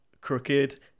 crooked